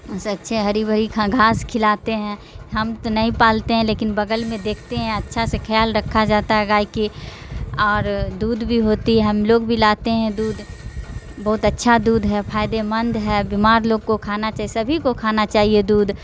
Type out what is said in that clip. اسے اچھے ہری بھری گھاس کھلاتے ہیں ہم تو نہیں پالتے ہیں لیکن بغل میں دیکھتے ہیں اچھا سے خیال رکھا جاتا ہے گائے کی اور دودھ بھی ہوتی ہم لوگ بھی لاتے ہیں دودھ بہت اچھا دودھ ہے فائدے مند ہے بیمار لوگ کو کھانا چاہیے سبھی کو کھانا چاہیے دودھ